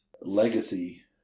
legacy